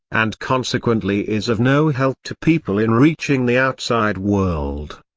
and consequently is of no help to people in reaching the outside world.